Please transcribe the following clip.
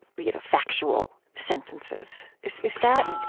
you know, factual sentences. is is that,